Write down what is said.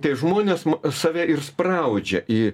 tie žmonės save ir spraudžia į